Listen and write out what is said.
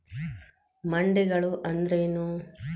ಮಂಡಿಗಳು ಅಂದ್ರೇನು?